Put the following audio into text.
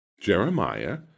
Jeremiah